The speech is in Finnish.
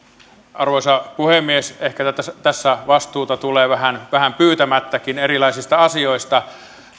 arvoisa puhemies ehkä tässä vastuuta tulee vähän vähän pyytämättäkin erilaisista asioista